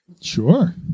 Sure